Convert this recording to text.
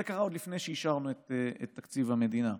זה קרה עוד לפני שאישרנו את תקציב המדינה.